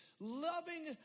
loving